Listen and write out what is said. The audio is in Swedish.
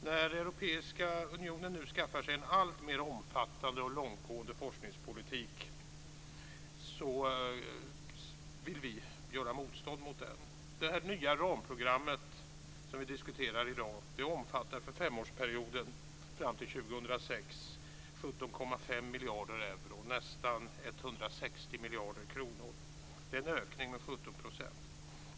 När Europeiska unionen nu skaffar sig en alltmer omfattande och långtgående forskningspolitik vill vi göra motstånd mot den. Det nya ramprogram som vi diskuterar i dag omfattar för femårsperioden fram till 2006 17,5 miljarder euro, nästan 160 miljarder kronor. Det är en ökning med 17 %.